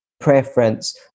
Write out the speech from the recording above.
preference